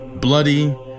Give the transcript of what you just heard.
bloody